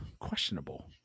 questionable